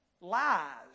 lies